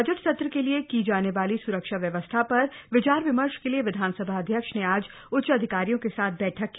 budget सत्र का लिए की जान वाली स्रक्षा व्यवस्था पर विचार विमर्श का लिए विधानसभा अध्यक्ष न आज उच्च अधिकारियों का साथ बैठक की